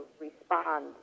respond